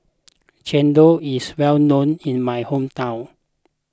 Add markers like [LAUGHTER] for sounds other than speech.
[NOISE] Chendol is well known in my hometown